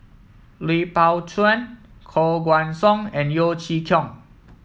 Lui Pao Chuen Koh Guan Song and Yeo Chee Kiong